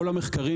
כל המחקרים,